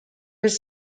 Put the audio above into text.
his